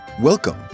Welcome